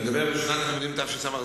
אני מדבר על שנת הלימודים תשס"ז.